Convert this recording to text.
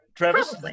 Travis